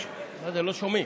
מה זה, אתם לא שומעים?